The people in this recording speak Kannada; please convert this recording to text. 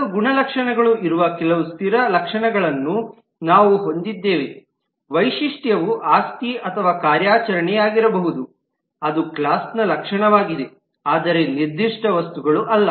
ಕೆಲವು ಗುಣಲಕ್ಷಣಗಳು ಇರುವ ಕೆಲವು ಸ್ಥಿರ ಲಕ್ಷಣಗಳನ್ನು ನಾವು ಹೊಂದಿದ್ದೇವೆ ವೈಶಿಷ್ಟ್ಯವು ಆಸ್ತಿ ಅಥವಾ ಕಾರ್ಯಾಚರಣೆಯಾಗಿರಬಹುದು ಅದು ಕ್ಲಾಸ್ನ ಲಕ್ಷಣವಾಗಿದೆ ಆದರೆ ನಿರ್ದಿಷ್ಟ ವಸ್ತುಗಳು ಅಲ್ಲ